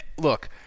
look